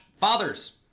fathers